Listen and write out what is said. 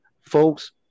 folks